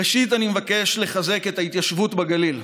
ראשית, אני מבקש לחזק את ההתיישבות בגליל.